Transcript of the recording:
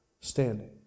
standing